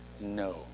No